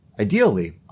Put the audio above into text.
Ideally